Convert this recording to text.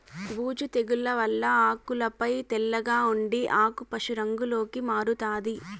బూజు తెగుల వల్ల ఆకులపై తెల్లగా ఉండి ఆకు పశు రంగులోకి మారుతాది